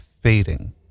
fading